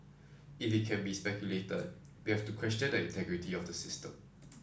if it can be speculated we have to question the integrity of the system